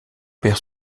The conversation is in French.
père